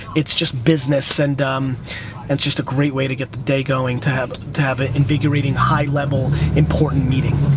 it's just business, and um it's just a great way to get the day going. to have to have an invigorating, high-level, important meeting.